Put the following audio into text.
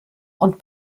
und